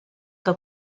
que